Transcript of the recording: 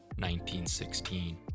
1916